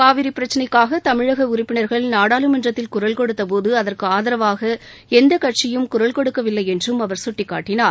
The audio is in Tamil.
காவிரி பிரச்சினைக்காக தமிழக உறுப்பினர்கள் நாடாளுமன்றத்தில் குரல் கொடுத்த போது அதற்கு ஆதரவாக எந்த கட்சியும் குரல் கொடுக்கவில்லை என்றும் அவர் சுட்டிக்காட்டினார்